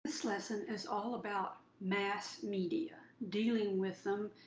this lesson is all about mass media, dealing with them,